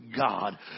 God